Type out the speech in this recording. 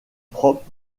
propres